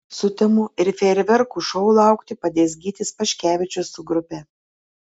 sutemų ir fejerverkų šou laukti padės gytis paškevičius su grupe